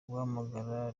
guhamagara